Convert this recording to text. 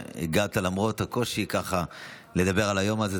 הגעת למרות הקושי, ככה, לדבר על היום הזה.